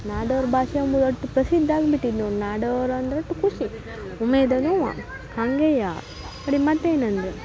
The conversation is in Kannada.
ನಾಡೋರ ಭಾಷೆ ಅಂಬುದು ಅಷ್ಟ್ ಪ್ರಸಿದ್ಧ ಆಗಿಬಿಟ್ಟಿದೆ ನೋಡಿ ನಾಡೋರು ಅಂದ್ರೆ ಅಷ್ಟ್ ಖುಷಿ ಉಮೇದನೂ ಹಾಗೆಯ ಕಡಿಗೆ ಮತ್ತೇನಂದರೆ